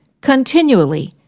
continually